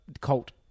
cult